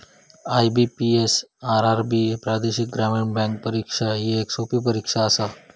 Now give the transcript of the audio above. IBPS, RRB प्रादेशिक ग्रामीण bank परीक्षा ही येक सोपी परीक्षा आसा